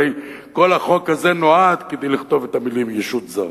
הרי כל החוק הזה נועד כדי לכתוב את המלים "ישות זרה".